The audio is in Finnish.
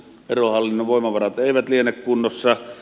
verohallinnon voimavarat eivät liene kunnossa